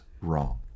wrong